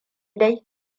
dai